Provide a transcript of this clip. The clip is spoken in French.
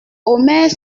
omer